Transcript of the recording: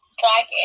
black